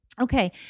Okay